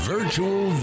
Virtual